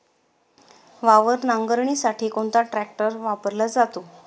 वावर नांगरणीसाठी कोणता ट्रॅक्टर वापरला जातो?